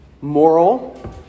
Moral